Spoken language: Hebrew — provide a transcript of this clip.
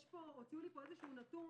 הוציאו לי נתון,